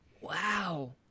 Wow